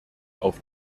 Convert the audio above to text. auf